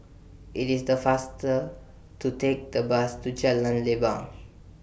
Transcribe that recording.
IT IS The faster to Take The Bus to Jalan Leban